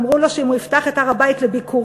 אמרו לו שאם הוא יפתח את הר-הבית לביקורים,